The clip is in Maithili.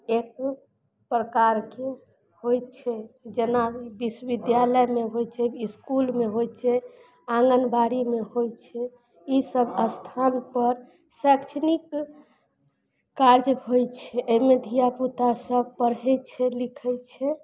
एक प्रकारके होइ छै जेना विश्वविद्यालयमे होइ छै इसकुलमे होइ छै आङ्गनबाड़ीमे होइ छै ई सब स्थानपर शैक्षणिक काज होइ छै अइमे धियापुता सब पढ़य छै लिखय छै